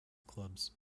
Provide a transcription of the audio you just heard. clubs